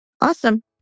Awesome